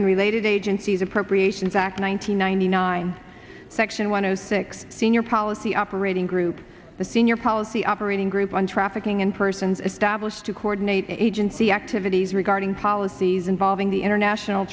and related agencies appropriations act one nine hundred ninety nine section one zero six senior policy operating group the senior policy operating group on trafficking in persons established to coordinate agency activities regarding policies involving the international